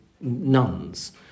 nuns